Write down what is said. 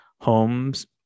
Homes